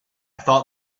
thought